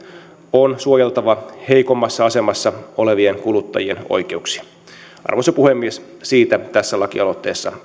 on suojeltava heikommassa asemassa olevien kuluttajien oikeuksia arvoisa puhemies siitä tässä lakialoitteessa